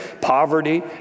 poverty